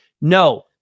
No